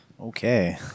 Okay